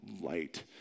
light